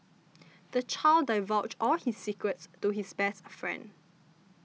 the child divulged all his secrets to his best friend